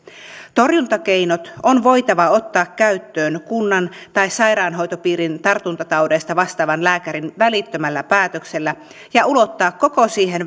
torjuntakeinot on voitava ottaa käyttöön kunnan tai sairaanhoitopiirin tartuntataudeista vastaavan lääkärin välittömällä päätöksellä ja ulottaa koko siihen